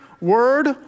word